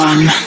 One